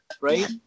Right